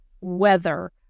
weather